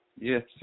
Yes